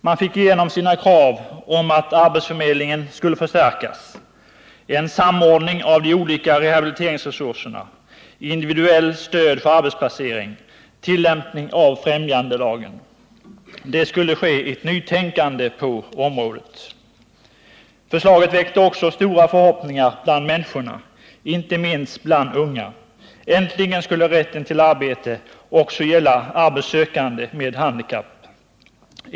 Man fick igenom sina krav på förstärkning av arbetsförmedlingen, samordning av de olika rehabiliteringsresurserna, individuellt stöd för arbetsplacering samt tillämpning av främjandelagen. Det skulle ske ett nytänkande på området. Förslaget väckte också stora förhoppningar bland människorna, inte minst bland de unga. Äntligen skulle rätten till arbete också gälla arbetssökande med handikapp.